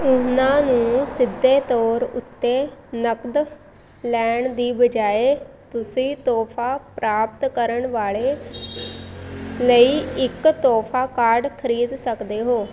ਉਨ੍ਹਾਂ ਨੂੰ ਸਿੱਧੇ ਤੌਰ ਉੱਤੇ ਨਕਦ ਲੈਣ ਦੀ ਬਜਾਏ ਤੁਸੀਂ ਤੋਹਫ਼ਾ ਪ੍ਰਾਪਤ ਕਰਨ ਵਾਲੇ ਲਈ ਇੱਕ ਤੋਹਫ਼ਾ ਕਾਰਡ ਖ਼ਰੀਦ ਸਕਦੇ ਹੋ